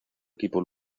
equipo